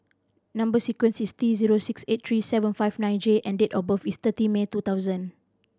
number sequence is T zero six eight three seven five nine J and date of birth is thirty May two thousand